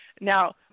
Now